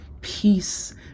peace